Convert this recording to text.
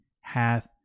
hath